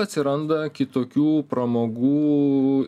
atsiranda kitokių pramogų